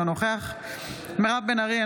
אינו נוכח מירב בן ארי,